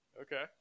Okay